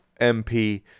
MP